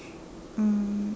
mm